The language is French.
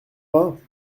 vingt